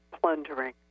plundering